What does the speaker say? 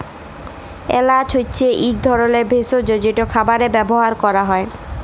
এল্যাচ হছে ইক ধরলের ভেসজ যেট খাবারে ব্যাভার ক্যরা হ্যয়